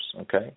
okay